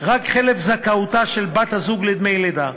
חלף זכאותה של בת-הזוג לדמי לידה.